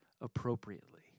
appropriately